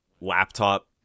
laptop